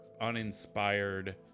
uninspired